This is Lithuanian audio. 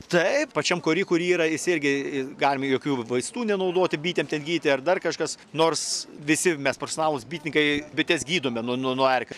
taip pačiam kory kory jis irgi galime jokių vaistų nenaudoti bitėm ten gydyti ar dar kažkas nors visi mes profesionalūs bitininkai bites gydome nuo nuo nuo erkių